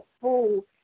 full